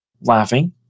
laughing